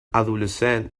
adolescent